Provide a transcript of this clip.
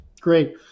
Great